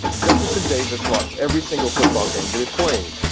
jefferson davis lost every single football game that it played.